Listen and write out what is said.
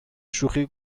شوخی